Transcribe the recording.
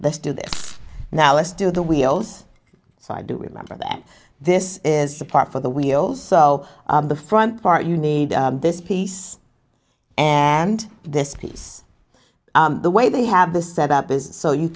this do this now let's do the wheels so i do remember that this is the part for the wheels so the front part you need this piece and this piece the way they have this set up is so you